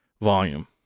Volume